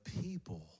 people